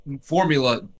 formula